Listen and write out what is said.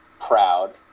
proud